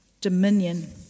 dominion